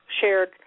shared